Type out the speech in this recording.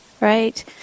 right